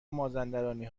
مازندرانی